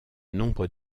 nombre